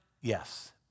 yes